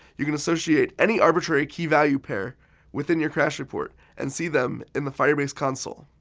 you can associate any arbitrary key value pair within your crash report and see them in the firebase console.